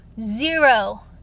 zero